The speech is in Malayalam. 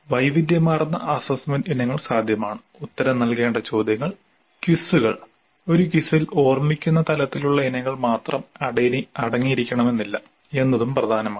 വൈവിധ്യമാർന്ന അസ്സസ്സ്മെന്റ് ഇനങ്ങൾ സാധ്യമാണ് ഉത്തരം നൽകേണ്ട ചോദ്യങ്ങൾ ക്വിസുകൾ ഒരു ക്വിസിൽ ഓർമിക്കുന്ന തലത്തിലുള്ള ഇനങ്ങൾ മാത്രം അടങ്ങിയിരിക്കണമെന്നില്ല എന്നതും പ്രധാനമാണ്